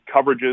coverages